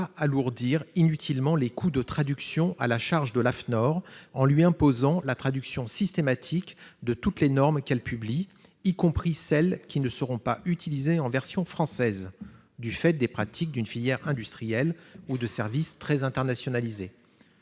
d'éviter que l'on alourdisse inutilement les coûts de traduction à la charge de l'AFNOR en lui imposant la traduction systématique de toutes les normes qu'elle publie, y compris celles qui ne seront pas utilisées en version française, du fait des pratiques d'une filière industrielle ou de services très internationalisés.